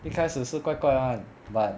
一开始是怪怪 [one] but